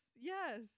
yes